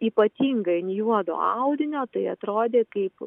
ypatingai ant juodo audinio tai atrodė kaip